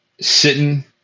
sitting